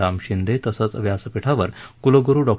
राम शिंदे तसंच व्यासपीठावर कुलगुरू डॉ